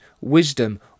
wisdom